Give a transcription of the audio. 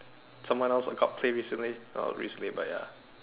someone else who got play recently not recently but ya